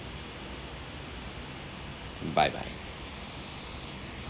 bye bye